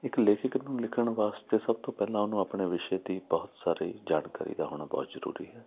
ਇੱਕ ਲੇਖਕ ਨੂੰ ਲਿਖਣ ਵਾਸਤੇ ਸਭ ਤੋਂ ਪਹਿਲਾਂ ਉਹਨੂੰ ਆਪਣੇ ਵਿਸ਼ੇ ਦੀ ਬਹੁਤ ਸਾਰੀ ਜਾਣਕਾਰੀ ਦਾ ਹੋਣਾ ਬਹੁਤ ਜ਼ਰੂਰੀ ਹੈ